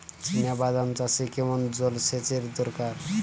চিনাবাদাম চাষে কেমন জলসেচের দরকার?